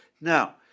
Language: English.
Now